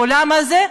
באולם הזה,